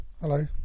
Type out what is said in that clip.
Hello